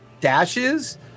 dashes